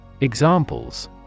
Examples